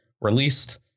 released